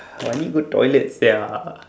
I need go toilet sia